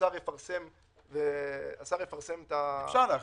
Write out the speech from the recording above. השר יפרסם --- אפשר להכניס,